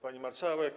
Pani Marszałek!